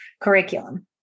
curriculum